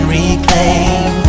reclaim